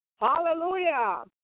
Hallelujah